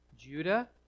Judah